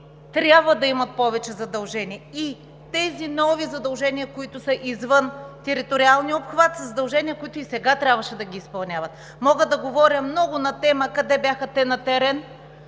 трябва да имат повече такива! И тези нови задължения, които са извън териториалния обхват, са задължения, които и сега трябваше да ги изпълняват! Мога да говоря много на тема къде бяха те на терен,